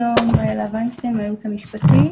איילת וינשטיין מהייעוץ המשפטי.